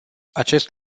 acest